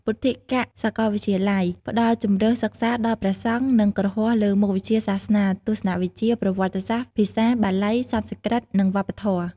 ពុទ្ធិកសាកលវិទ្យាល័យផ្តល់ជម្រើសសិក្សាដល់ព្រះសង្ឃ និងគ្រហស្ថលើមុខវិជ្ជាសាសនា ទស្សនវិជ្ជា ប្រវត្តិសាស្ត្រ ភាសា បាលី សំស្ក្រឹត និងវប្បធម៌។